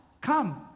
Come